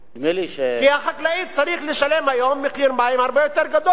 כי החקלאי צריך לשלם היום מחיר מים הרבה יותר גבוה,